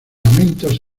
amentos